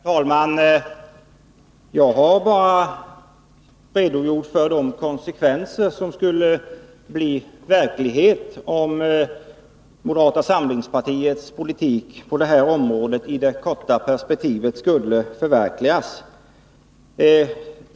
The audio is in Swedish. Herr talman! Jag har bara redogjort för de konsekvenser som skulle uppstå om moderata samlingspartiets politik på detta område i det korta perspektivet skulle förverkligas.